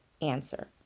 answer